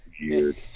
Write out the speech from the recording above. weird